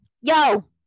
yo